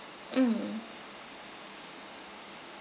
mm